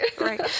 right